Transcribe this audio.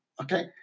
okay